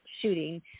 shooting